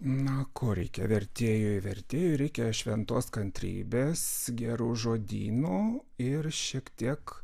na ko reikia vertėjui vertėjui reikia šventos kantrybės gerų žodynų ir šiek tiek